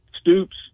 Stoops